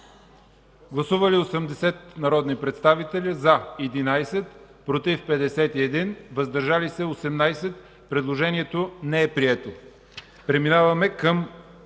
Гласували 100 народни представители: за 14, против 78, въздържали се 8. Предложението не е прието.